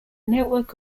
network